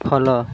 follow